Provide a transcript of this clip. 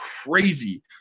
crazy